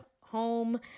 home